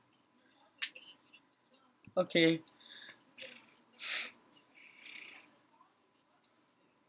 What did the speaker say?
okay